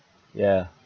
ya